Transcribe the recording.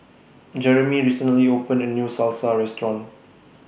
Jerimy recently opened A New Salsa Restaurant